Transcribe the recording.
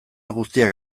guztiak